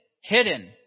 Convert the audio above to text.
hidden